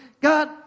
God